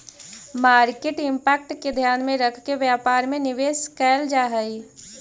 market impact के ध्यान में रखके व्यापार में निवेश कैल जा हई